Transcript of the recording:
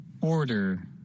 Order